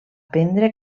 prendre